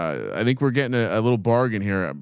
i think we're getting a little bargain here. um